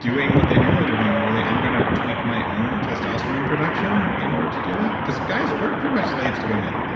doing what they normally do hormonally. i'm going to tweak my own testosterone production in order to do that. because guys, we're pretty much slave to women,